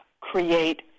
Create